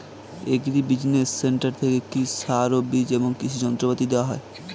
Agri business centre থেকে কি সার ও বিজ এবং কৃষি যন্ত্র পাতি দেওয়া হয়?